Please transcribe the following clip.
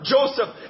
Joseph